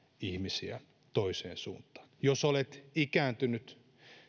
ihmisiä toiseen suuntaan jos olet ikääntynyt